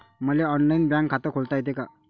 मले online bank खात खोलता येते का?